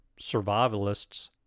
survivalists